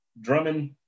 Drummond